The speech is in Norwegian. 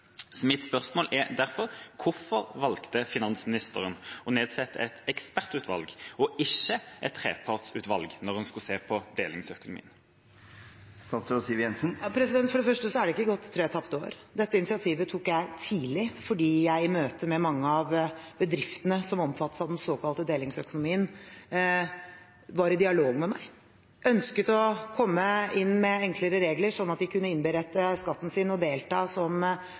Mitt spørsmål er derfor: Hvorfor valgte finansministeren å nedsette et ekspertutvalg og ikke et trepartsutvalg når hun skulle se på delingsøkonomien? For det første har det ikke vært tre tapte år. Dette initiativet tok jeg tidlig, fordi jeg var i dialog med mange av bedriftene som omfattes av den såkalte delingsøkonomien, og som ønsket å komme inn med enklere regler, slik at de kunne innberette skatten sin og delta som